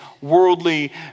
worldly